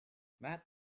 matt